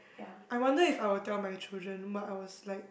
I wonder if I will tell my children what I was like